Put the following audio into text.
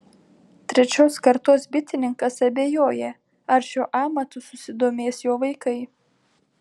trečios kartos bitininkas abejoja ar šiuo amatu susidomės jo vaikai